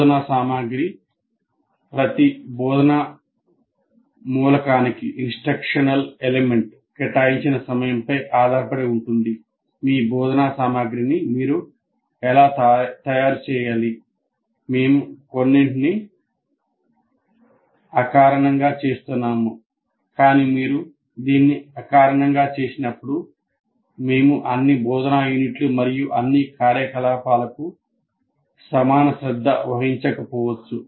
బోధనా సామగ్రి ప్రతి బోధనా మూలకానికి చేసినప్పుడు మేము అన్ని బోధనా యూనిట్లు మరియు అన్ని కార్యకలాపాలకు సమాన శ్రద్ధ వహించకపోవచ్చు